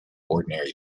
ordinary